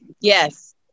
yes